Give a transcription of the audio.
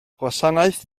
gwasanaeth